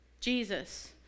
Jesus